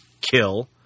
kill